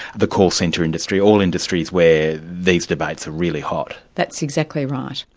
the call centre industry, all industries where these debates are really hot. that's exactly right.